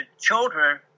children